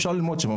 אפשר ללמוד שם,